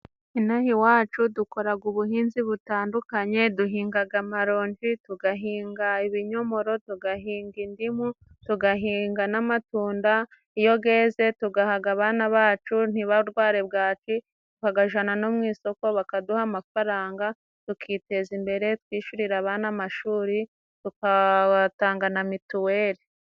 Ino aha iwacu, dukoraga ubuhinzi butandukanye. Duhingaga amaronji, tugahinga ibinyomoro, tugahinga indimu, tugahinga n'amatunda. Iyo geze, tugahaga abana bacu, ntibarware bwaki. Bagajana no mu isoko, bakaduha amafaranga, tukiteza imbere, twishurira abana amashuri, tukatanga na mituweli.